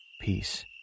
peace